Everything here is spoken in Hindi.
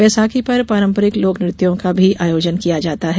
बैसाखी पर पारम्परिक लोकनृत्यों का भी आयोजन किया जाता है